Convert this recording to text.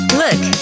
look